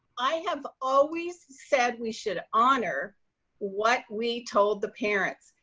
i have always said we should honor what we told the parents.